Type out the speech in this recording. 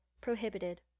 prohibited